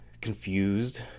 confused